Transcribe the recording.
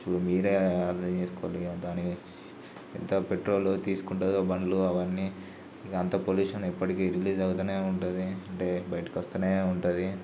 so మీరే అర్ధం చేసుకోవాలి ఇక దానికి ఎంత పెట్రోలు తీసుకుంటదో బండ్లు అవన్నీ ఇక అంత పొల్యూషన్ ఎప్పటికి రిలీజవుతనే ఉంటుంది అంటే బయటికొస్తునే ఉంటుంది